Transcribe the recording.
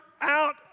out